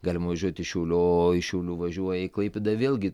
galima važiuoti į šiaulio o iš šiaulių važiuoja į klaipėdą vėlgi